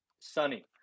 sunny